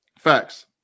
Facts